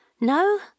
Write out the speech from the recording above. No